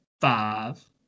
five